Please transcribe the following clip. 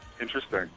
Interesting